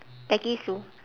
peggy sue